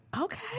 Okay